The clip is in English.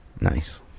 Nice